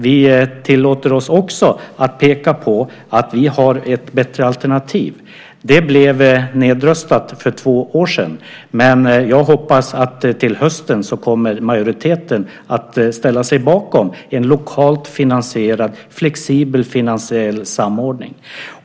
Vi tillåter oss också att peka på att vi har ett bättre alternativ. Det blev nedröstat för två år sedan, men jag hoppas att majoriteten till hösten kommer att ställa sig bakom en lokalt finansierad, flexibel, finansiell samordning.